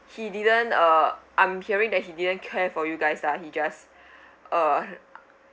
he didn't uh I'm hearing that he didn't care for you guys lah he just uh